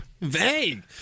Vague